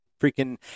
freaking